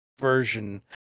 version